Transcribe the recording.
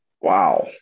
Wow